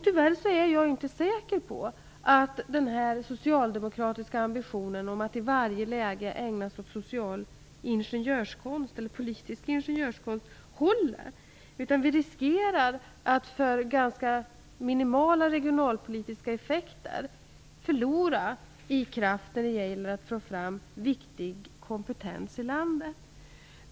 Tyvärr är jag inte säker på att den socialdemokratiska ambitionen att i varje läge ägna sig åt social eller politisk ingenjörskonst håller. Vi riskerar att, för ganska minimala regionalpolitiska effekter, förlora i kraft när det gäller att få fram viktig kompetens i landet.